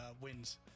wins